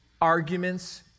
arguments